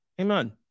Amen